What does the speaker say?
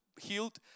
healed